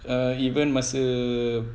err even masa